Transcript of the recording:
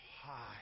high